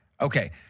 Okay